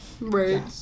Right